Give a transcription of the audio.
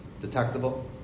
detectable